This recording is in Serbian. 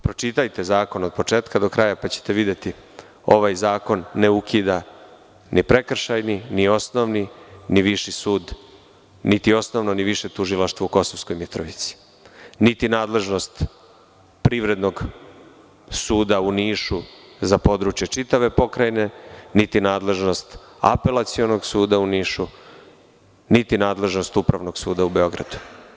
Pročitajte zakon od početka do kraja, pa ćete videti da ovaj zakon ne ukida ni prekršajni, ni osnovni, ni viši sud, niti osnovno i više tužilaštvo u Kosovskoj Mitrovici, niti nadležnost Privrednog suda u Nišu za područje čitave Pokrajine, niti nadležnost Apelacionog suda u Nišu, niti nadležnost Upravnog suda u Beogradu.